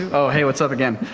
oh, hey, what's up again?